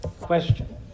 question